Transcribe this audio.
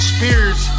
Spears